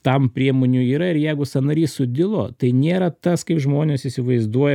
tam priemonių yra ir jeigu sąnarys sudilo tai nėra tas kaip žmonės įsivaizduoja